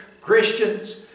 Christians